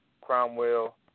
Cromwell